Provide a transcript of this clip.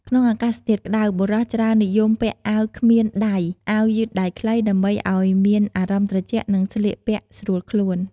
ក្នុងអាកាសធាតុក្ដៅ បុរសច្រើននិយមពាក់អាវគ្មានដៃអាវយឺតដៃខ្លី ដើម្បីឱ្យមានអារម្មណ៍ត្រជាក់និងស្លៀកពាក់ស្រួលខ្លួន។